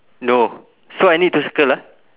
no so I need to circle ah